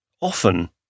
Often